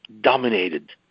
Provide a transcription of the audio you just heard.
dominated